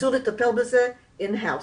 ניסו לטפל בזה מהבית.